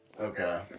Okay